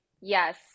yes